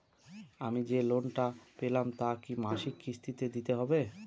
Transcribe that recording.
আমি যে লোন টা পেলাম তা কি মাসিক কিস্তি তে দিতে হবে?